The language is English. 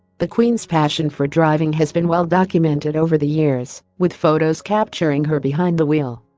the queen's passion for driving has been well documented over the years, with photos capturing her behind the wheel